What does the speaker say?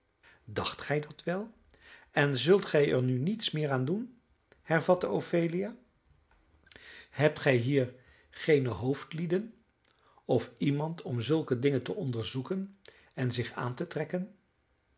dacht gij dat wel en zult gij er nu niets meer aan doen hervatte ophelia hebt gij hier geene hoofdlieden of iemand om zulke dingen te onderzoeken en zich aan te trekken